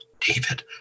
David